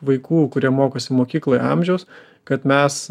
vaikų kurie mokosi mokykloje amžiaus kad mes